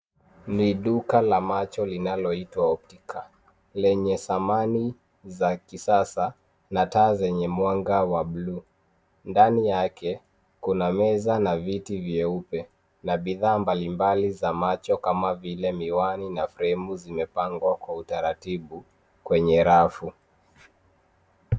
Ni duka la macho linaloitwa optica lenye samani za kisasa na taa zenye mwanga wa bluu. Ndani yake kuna meza na viti vyeupe na bidhaa mbalimbali za macho kama vile miwani na fremu zimepangwa kwa utaratibu kwenye rafu.